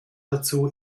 dazu